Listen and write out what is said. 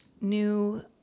new